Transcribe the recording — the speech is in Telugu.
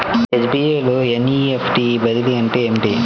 ఎస్.బీ.ఐ లో ఎన్.ఈ.ఎఫ్.టీ బదిలీ అంటే ఏమిటి?